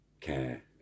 care